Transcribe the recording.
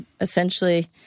essentially